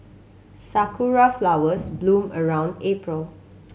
sakura flowers bloom around April